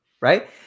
right